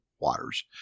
waters